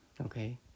Okay